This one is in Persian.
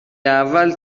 اول